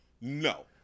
No